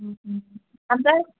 ओमफ्राय